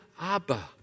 Abba